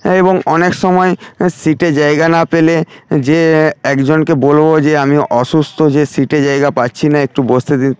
এবং অনেক সময় সিটে জায়গা না পেলে যে একজনকে বলবো যে আমি অসুস্থ যে সিটে জায়গা পাচ্ছি না একটু বসতে দিন